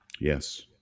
Yes